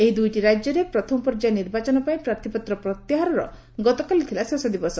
ଏହି ଦୁଇଟି ରାଜ୍ୟରେ ପ୍ରଥମ ପର୍ଯ୍ୟାୟ ନିର୍ବାଚନ ପାଇଁ ପ୍ରାର୍ଥୀପତ୍ର ପ୍ରତ୍ୟାହାରର ଗତକାଲି ଥିଲା ଶେଷ ଦିବସ